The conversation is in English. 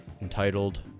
entitled